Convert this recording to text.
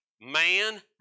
Man